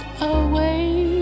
away